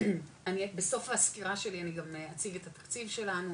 בסוף הסקירה שלי, אני גם אציג את התקציב שלנו,